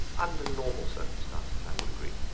under normal circumstances i would agree,